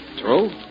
True